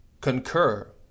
concur